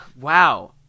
Wow